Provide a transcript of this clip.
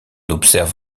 observe